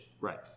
Right